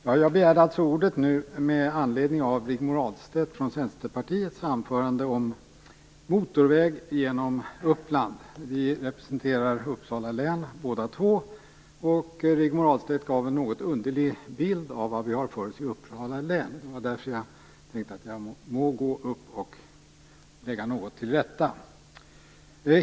Fru talman! Jag begärde ordet med anledning av det anförande Rigmor Ahlstedt från Centerpartiet höll om motorväg genom Uppland. Vi representerar båda två Uppsala län. Rigmor Ahlstedt gav en något underlig bild av vad vi har för oss i Uppsala län. Det var därför jag tänkte att jag må gå upp i talarstolen och lägga något till rätta.